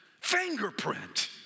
fingerprint